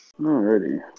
Alrighty